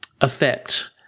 effect